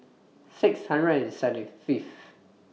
six hundred and seventy Fifth